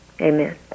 Amen